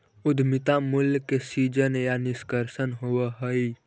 उद्यमिता मूल्य के सीजन या निष्कर्षण होवऽ हई